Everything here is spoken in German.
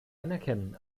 anerkennen